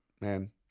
man